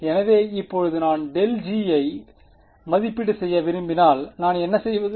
எனவே இப்போது நான் ∇g ஐ மதிப்பீடு செய்ய விரும்பினால் நான் என்ன செய்வது